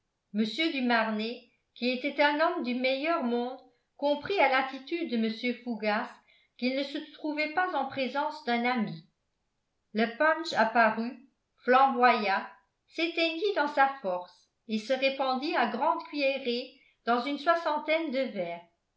mr du marnet qui était un homme du meilleur monde comprit à l'attitude de mr fougas qu'il ne se trouvait pas en présence d'un ami le punch apparut flamboya s'éteignit dans sa force et se répandit à grandes cuillerées dans une soixantaine de verres